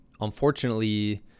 unfortunately